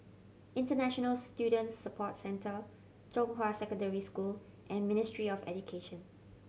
International Student Support Centre Zhonghua Secondary School and Ministry of Education